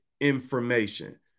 information